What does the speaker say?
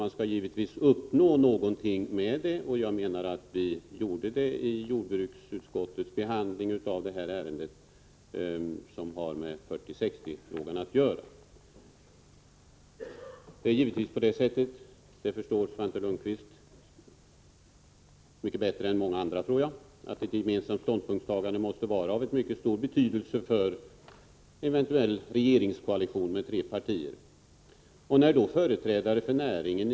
Man skall givetvis uppnå någonting med ett sådant handlande, och jag menar att vi gjorde detta vid jordbruksutskottets behandling av det ärende som har med frågan om 40 eller 60 96 att göra. Ett gemensamt ståndpunktstagande måste givetvis vara av mycket stor betydelse för en eventuell regeringskoalition mellan tre partier — det tror jag Svante Lundkvist bättre än de flesta förstår.